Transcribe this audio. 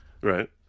right